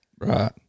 Right